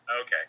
Okay